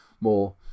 more